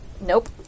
Nope